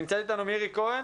נמצאת אתנו מירי כהן